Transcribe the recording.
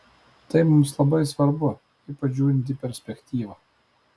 tai mums labai svarbu ypač žiūrint į perspektyvą